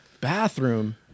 bathroom